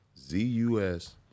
Z-U-S